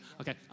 Okay